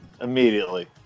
immediately